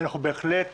אנחנו בהחלט